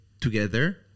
together